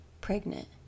pregnant